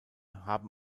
haben